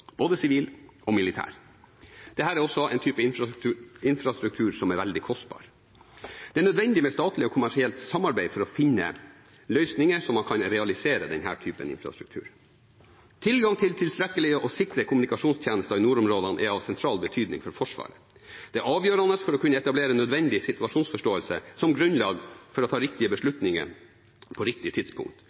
er også en type infrastruktur som er veldig kostbar. Det er nødvendig med statlig og kommersielt samarbeid for å finne løsninger så man kan realisere denne typen infrastruktur. Tilgang til tilstrekkelige og sikre kommunikasjonstjenester i nordområdene er av sentral betydning for Forsvaret. Det er avgjørende for å kunne etablere nødvendig situasjonsforståelse som grunnlag for å ta riktige beslutninger på riktig tidspunkt,